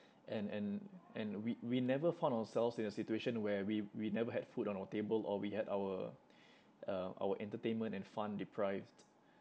and and and we we never found ourselves in a situation where we we never had food on our table or we had our uh our entertainment and fun deprived